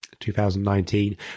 2019